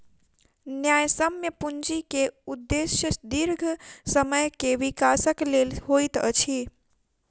न्यायसम्य पूंजी के उदेश्य दीर्घ समय के विकासक लेल होइत अछि